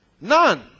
None